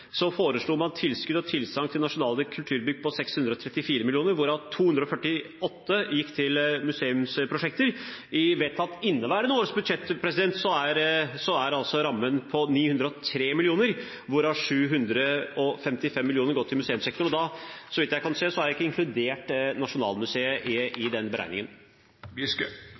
foreslo man tilskudd og tilsagn til nasjonale kulturbygg på 634 mill. kr, hvorav 248 mill. kr gikk til museumsprosjekter. Vi vet at i inneværende års budsjett er rammen på 903 mill. kr, hvorav 755 mill. kr går til museumssektoren. Så vidt jeg kan se, er ikke Nasjonalmuseet inkludert i den